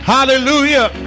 Hallelujah